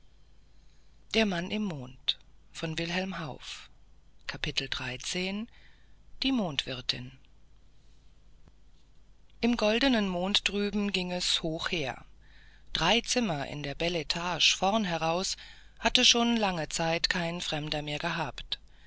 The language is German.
die mondwirtin im goldenen mond drüben ging es hoch her drei zimmer in der beletage vorn heraus hatte schon lange zeit kein fremder mehr gehabt